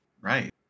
right